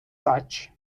such